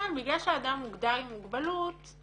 שם בגלל שהאדם מוגדר עם מוגבלות אז